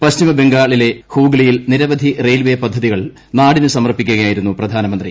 പശ്ചിമ ബംഗാളിലെ ഫ്യൂഗ്ലിയിൽ നിരവധി റെയിൽവേ പദ്ധതികൾ നാടിന് സമർപ്പിക്കുകൃയ്യിര്കുന്നു പ്രധാനമന്ത്രി